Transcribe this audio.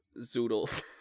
zoodles